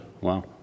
Wow